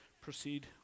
proceed